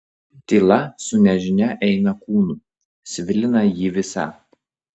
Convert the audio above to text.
tyla su nežinia eina kūnu svilina jį visą